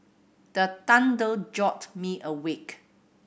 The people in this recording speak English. the thunder jolt me awake